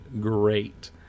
great